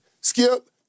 Skip